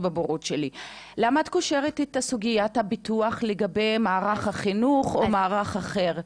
למה את קושרת את סוגיית הביטוח לגבי מערך החינוך או מערך אחר?